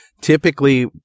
typically